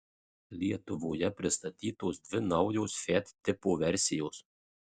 lietuvoje pristatytos dvi naujos fiat tipo versijos